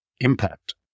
impact